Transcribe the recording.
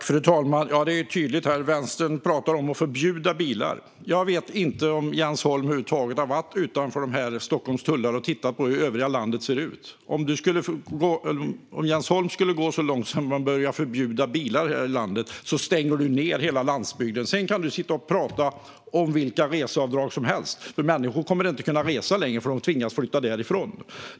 Fru talman! Vänstern pratar om att förbjuda bilar. Jag vet inte om Jens Holm över huvud taget har varit utanför Stockholms tullar och sett hur övriga landet ser ut. Om Jens Holm skulle gå så långt som till att förbjuda bilar stänger han ned hela landsbygden. Sedan kan han sitta och prata om vilka reseavdrag som helst - människor kommer inte att kunna resa längre, för de tvingas flytta därifrån!